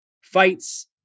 fights